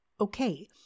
okay